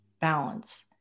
balance